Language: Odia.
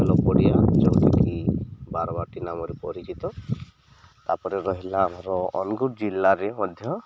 ଖେଳପଡ଼ିଆ ଯେଉଁଟାକି ବାରବାଟୀ ନାମରେ ପରିଚିତ ତା'ପରେ ରହିଲା ଆମର ଅନୁଗୁଳ ଜିଲ୍ଲାରେ ମଧ୍ୟ